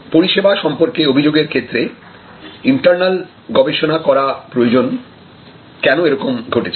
পরিষেবা সম্পর্কে অভিযোগের ক্ষেত্রে ইন্টার্নাল গবেষণা করা প্রয়োজন কেন এরকম ঘটেছে